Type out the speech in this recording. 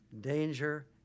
danger